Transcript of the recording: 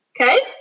Okay